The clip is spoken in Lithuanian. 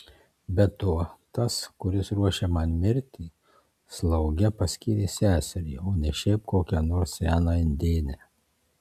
be to tas kuris ruošia man mirtį slauge paskyrė seserį o ne šiaip kokią nors seną indėnę